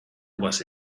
was